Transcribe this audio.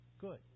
Good